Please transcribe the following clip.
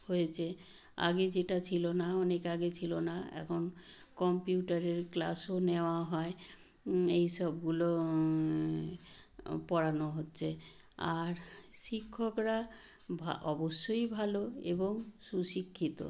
হয়েছে আগে যেটা ছিল না অনেক আগে ছিল না এখন কম্পিউটারের ক্লাসও নেওয়া হয় এই সবগুলো পড়ানো হচ্ছে আর শিক্ষকরা অবশ্যই ভালো এবং সুশিক্ষিত